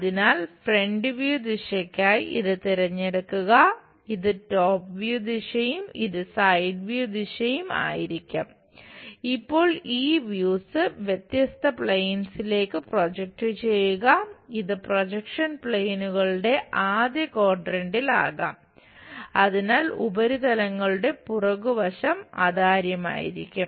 അതിനാൽ ഉപരിതലങ്ങളുടെ പുറകുവശം അതാര്യമായിരിക്കും